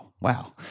wow